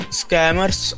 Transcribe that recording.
scammers